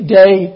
day